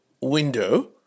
Window